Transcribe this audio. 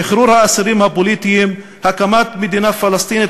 שחרור האסירים הפוליטיים והקמת מדינה פלסטינית